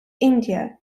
india